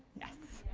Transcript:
yes.